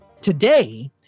Today